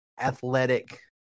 athletic